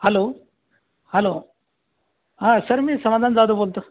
hello hello हा sir मी समाधान जाधव बोलतो